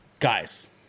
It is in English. Guys